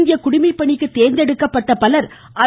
இந்திய குடிமைப்பணிக்கு தோ்ந்தெடுக்கப்பட்ட பலர் ஐ